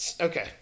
Okay